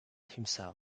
himself